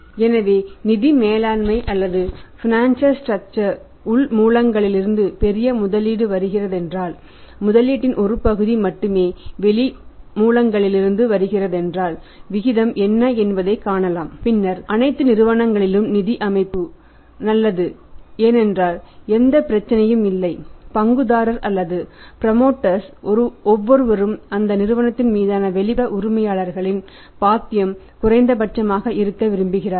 எனவே நிதி மேலாண்மை அல்லது பைனான்சியல் ஸ்ட்ரக்சர் ஒவ்வொருவரும் அந்த நிறுவனத்தின் மீதான வெளிப்புற உரிமையாளர்களின் பாத்தியம் குறைந்தபட்சமாக இருக்க விரும்புகிறார்கள்